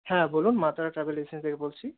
হ্যাঁ বলুন Maa Tara travel agency থেকে বলছি